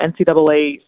NCAA